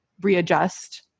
readjust